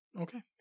Okay